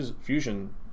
Fusion